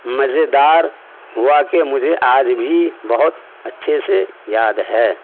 مزیدار ہوا کہ مجھے آج بھی بہت اچھے سے یاد ہے